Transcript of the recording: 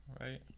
right